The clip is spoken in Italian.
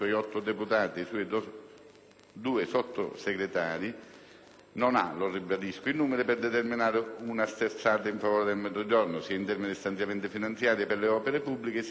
due Sottosegretari, non ha - lo ribadisco - i numeri per determinare una sterzata in favore del Mezzogiorno, sia in termini di stanziamenti finanziari per le opere pubbliche sia in termini di politiche